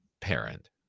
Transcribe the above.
parent